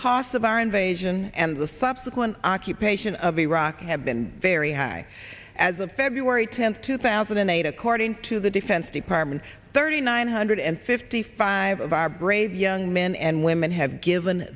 costs of our invasion and the subsequent occupation of iraq have been very high as of february tenth two thousand and eight according to the defense department thirty nine hundred fifty five of our brave young men and women have given